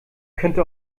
könnte